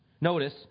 notice